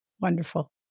Wonderful